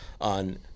on